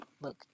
Look